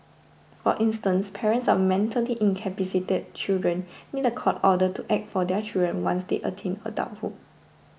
for instance parents of mentally incapacitated children need a court order to act for their children once they attain adulthood